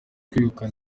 kwegukana